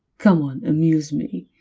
come on, amuse me.